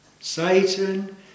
Satan